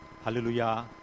hallelujah